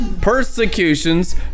persecutions